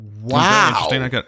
Wow